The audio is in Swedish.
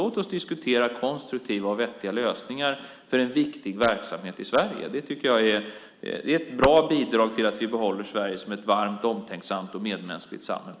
Låt oss diskutera konstruktiva och vettiga lösningar för en viktig verksamhet i Sverige. Det är ett bra bidrag till att vi behåller Sverige som ett varmt, omtänksamt och medmänskligt samhälle.